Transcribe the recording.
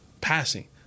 passing